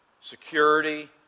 security